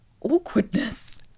awkwardness